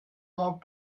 molt